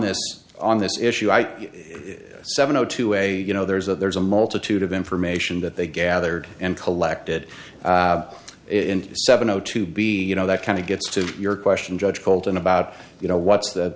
this on this issue i seven o two a you know there's a there's a multitude of information that they gathered and collected in seven zero to be you know that kind of gets to your question judge bolton about you know what's th